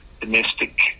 domestic